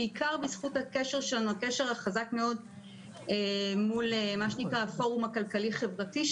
בעיקר בזכות הקשר החזק מאוד שלנו מול הפורום הכלכלי-חברתי,